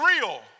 real